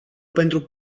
pentru